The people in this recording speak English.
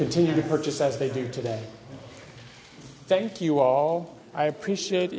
continue to purchase as they do today thank you all i appreciate